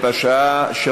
התשע"ה 2015,